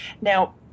Now